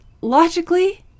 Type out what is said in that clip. logically